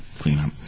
cleanup